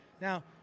Now